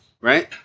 right